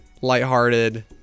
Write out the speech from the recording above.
lighthearted